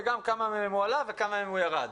לכמה עלה ולכמה ירד.